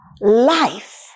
life